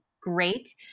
Great